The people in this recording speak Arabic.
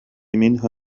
منها